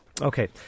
okay